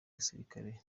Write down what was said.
gisirikare